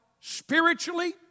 spiritually